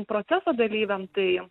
proceso dalyviams tai